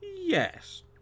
Yes